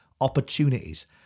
opportunities